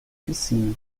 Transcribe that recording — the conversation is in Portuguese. piscina